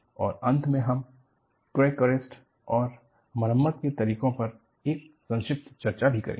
और अंत में हम क्रैक अरेस्ट और मरम्मत के तरीकों पर एक संक्षिप्त चर्चा भी करेंगे